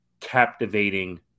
captivating